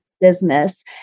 business